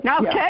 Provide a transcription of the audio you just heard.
Okay